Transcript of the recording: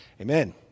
Amen